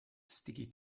sticky